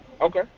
Okay